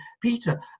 Peter